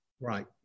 Right